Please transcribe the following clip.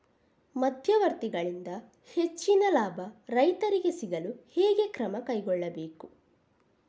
ಮಧ್ಯವರ್ತಿಗಳಿಂದ ಹೆಚ್ಚಿನ ಲಾಭ ರೈತರಿಗೆ ಸಿಗಲು ಹೇಗೆ ಕ್ರಮ ಕೈಗೊಳ್ಳಬೇಕು?